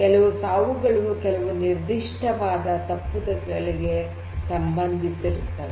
ಕೆಲವು ಸಾವುಗಳು ಕೆಲವು ನಿರ್ದಿಷ್ಟವಾದ ತಪ್ಪುಗಳಿಗೆ ಸಂಬಂಧಿಸಿರುತ್ತವೆ